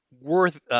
worth